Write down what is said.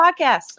podcast